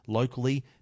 Locally